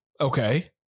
okay